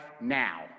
now